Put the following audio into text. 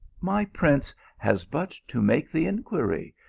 my prince has but to make the inquiry,